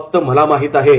'फक्त मला माहित आहे